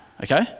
Okay